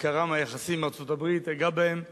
עיקרם היחסים עם ארצות-הברית, אגע בהם,